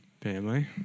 Family